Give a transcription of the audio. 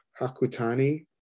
Hakutani